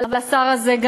אבל השר הזה,